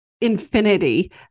infinity